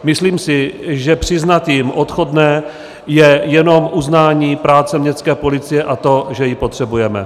Myslím si, že přiznat jim odchodné je jenom uznání práce městské policie a toho, že ji potřebujeme.